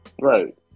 Right